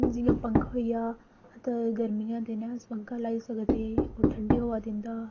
जियां पंखा होई गेआ ते गर्मियें दिनें अस पंखा लाई सकदे ओह् ठंडी हवा दिंदा